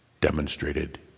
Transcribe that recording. demonstrated